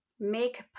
make